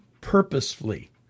Purposefully